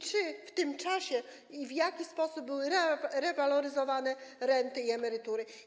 Czy w tym czasie i w jaki sposób były rewaloryzowane renty i emerytury?